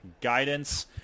Guidance